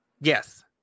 yes